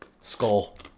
Skull